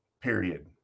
Period